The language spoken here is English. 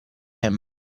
him